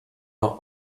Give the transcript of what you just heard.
are